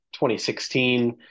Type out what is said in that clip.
2016